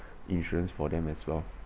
insurance for them as well